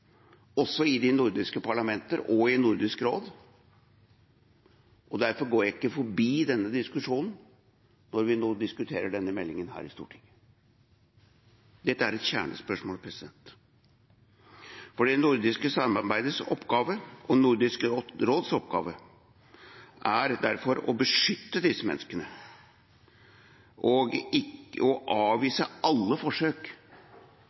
også i de nordiske parlamentene og i Nordisk råd, og derfor går jeg ikke forbi denne diskusjonen når vi nå diskuterer denne meldingen i Stortinget. Dette er et kjernespørsmål. Det nordiske samarbeidet og Nordisk råds oppgave er derfor å beskytte disse menneskene og avvise alle forsøk på å